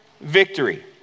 victory